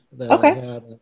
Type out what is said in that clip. okay